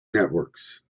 networks